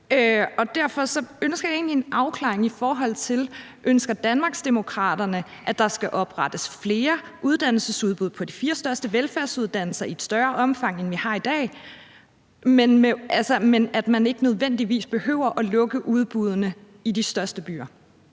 Derfor ønsker jeg egentlig en afklaring: Ønsker Danmarksdemokraterne, at der skal oprettes flere uddannelsesudbud på de fire største velfærdsuddannelser i et større omfang, end vi har i dag, men at man ikke nødvendigvis behøver at lukke udbuddene i de største byer?